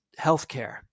healthcare